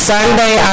Sunday